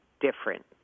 different